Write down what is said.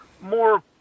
more